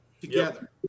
together